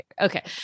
Okay